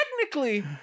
technically